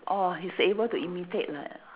orh he's able to imitate like